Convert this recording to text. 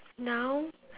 now